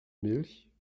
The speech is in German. milch